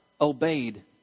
obeyed